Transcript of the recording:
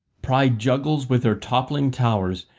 pride juggles with her toppling towers,